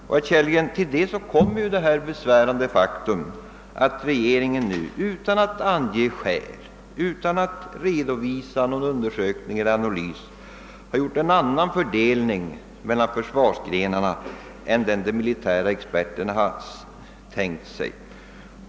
Och, herr Kellgren, till detta kommer det besvärande faktum, att regeringen utan att ange skäl, utan att redovisa någon undersökning eller analys, har gjort en annan fördelning mellan försvarsgrenarna än den de militära experterna tänkt sig.